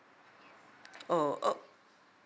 oh O